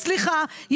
סליחה,